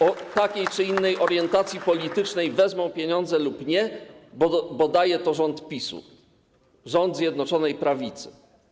o takiej czy innej orientacji politycznej wezmą pieniądze lub nie, bo daje to rząd PiS-u, rząd Zjednoczonej Prawicy.